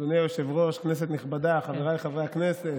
אדוני היושב-ראש, כנסת נכבדה, חבריי חברי הכנסת,